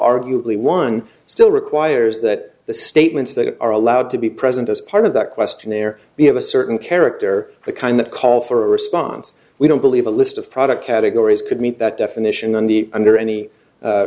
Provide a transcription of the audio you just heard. arguably one still requires that the statements that are allowed to be present as part of that questionnaire be of a certain character the kind that call for a response we don't believe a list of product categories could meet that definition than the under any